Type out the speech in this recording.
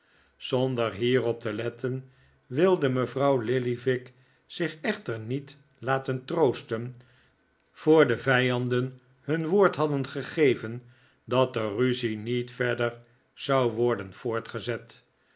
zonder hierop te letten wilde mevrouw lillyvick zich echter niet laten troosten voor de vijanden nun woord hadden gegeven dat de ruzie niet verder zou worden voortgezet